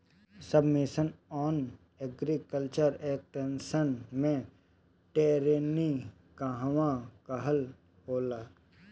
सब mission on agriculture extension मै training कहवा कहा होला?